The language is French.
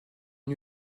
une